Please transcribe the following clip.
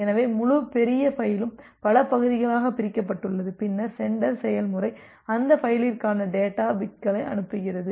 எனவே முழு பெரிய ஃபயிலும் பல பகுதிகளாக பிரிக்கப்பட்டுள்ளது பின்னர் சென்டர் செயல்முறை அந்த ஃபயிலிற்கான டேட்டா பிட்களை அனுப்புகிறது